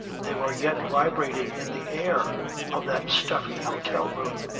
they were yet vibrating in the air of that stuffy hotel-room,